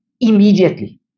immediately